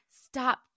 Stop